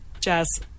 jazz